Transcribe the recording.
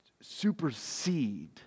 supersede